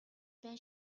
байна